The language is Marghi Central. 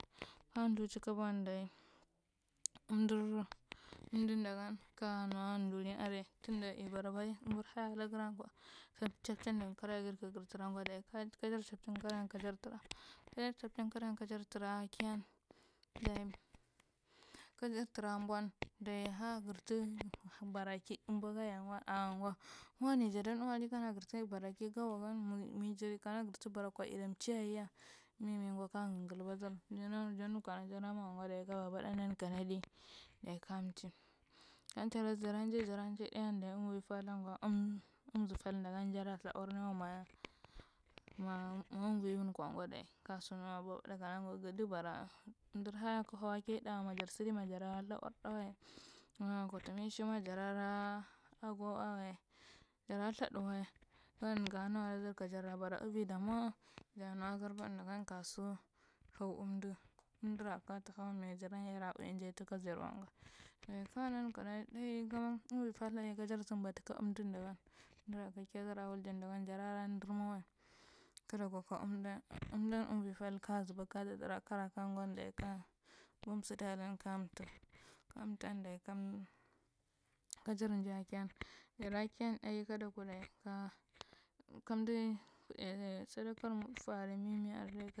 Ka lthucha kabon diya amdu amdudagan kanuwa durin arai tunda yibaraba logar kwa chapchingar karayagar kagar tura diya kajar chapchin kare kajar tura, kajai chapchi kanya kajar tura kiyan diye kajar tura buun diya ha gartu baraki ambwaganya gwo a gwo wanai jada nuwari kana garta barakigan mijabi kana gartu bargkwa yada michiyayeya mimigwo ka gaabadar nagama jada mwawa gwo ka babaɗa nan kanadi ka mchiy jara jai jara jai ɗayan amvoi pathan gwo am amey saldaga jaɗa thawa ndwoe ma mavoi won kwa gwo kasi nuwa babaɗa kana saɗa bara amdur hiya kak hawa kiɗa majar sidima jara ɗawae gan ganuwa lada kajara bara avi jamwa. Yida nuwa garbadaga kasu haw amdu amdora katukwa mai jaran yada iu jai tuka jarwae gwo sala nukana kajra ɓa tuka amaagan nura ka kidar wulge dagan jara dormarae amdu amna pati kazuba katatura karaka gwo dayi ka bom sidilan ko mte ka mte dayi kum kajar jai kiyan jara kiya ɗai kadaku ka kamdu kaɗai sadallar muffa aria mimi arai.